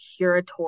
curatorial